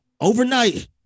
overnight